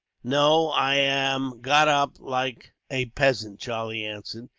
no, i am got up like a peasant, charlie answered.